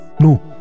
No